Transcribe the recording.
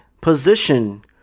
Position